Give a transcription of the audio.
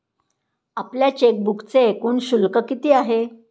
आपल्या चेकबुकचे एकूण शुल्क किती आहे?